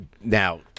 Now